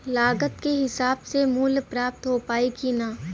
लागत के हिसाब से मूल्य प्राप्त हो पायी की ना?